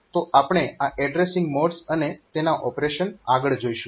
તો આપણે આ એડ્રેસીંગ મોડ્સ અને તેના ઓપરેશન આગળ જોઈશું